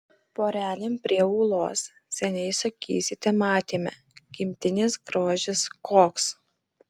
porelėm prie ūlos seniai sakysite matėme gimtinės grožis koks